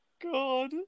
god